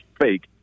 fake